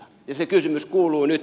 ja se kysymys kuuluu nyt